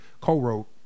co-wrote